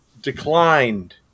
declined